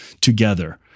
together